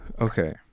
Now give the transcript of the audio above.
Okay